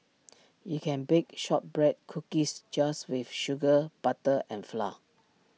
you can bake Shortbread Cookies just with sugar butter and flour